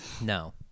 No